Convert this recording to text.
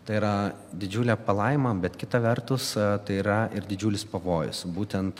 tai yra didžiulė palaima bet kita vertus tai yra ir didžiulis pavojus būtent